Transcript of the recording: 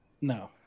No